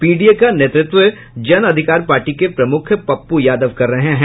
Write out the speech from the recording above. PDA का नेतृत्व Jan Adhikar party के प्रमुख पप्पू यादव कर रहे हैं